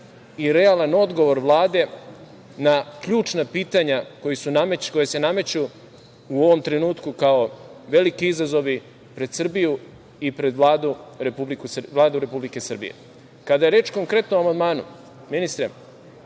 i realan odgovor Vlade na ključna pitanja koja se nameću u ovom trenutku kao veliki izazovi pred Srbiju i pred Vladu Republike Srbije. Kada je reč konkretno o amandmanu, ministre,